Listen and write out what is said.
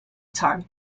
time